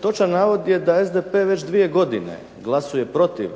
Točan navod je da SDP već dvije godine glasuje protiv